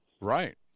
Right